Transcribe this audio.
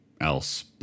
else